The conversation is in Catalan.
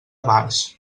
barx